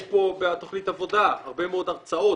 יש פה בתכנית העבודה הרבה מאוד הרצאות,